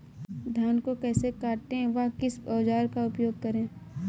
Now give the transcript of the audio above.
धान को कैसे काटे व किस औजार का उपयोग करें?